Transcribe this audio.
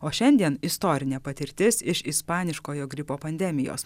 o šiandien istorinė patirtis iš ispaniškojo gripo pandemijos